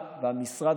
משרד